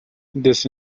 this